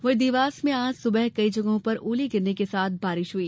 वहीं देवास में आज सुबह कई जगहों पर ओले गिरने के साथ बारिश हुई